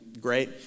great